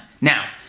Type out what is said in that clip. Now